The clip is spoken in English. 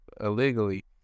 illegally